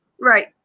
Right